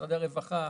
משרד הרווחה,